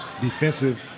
defensive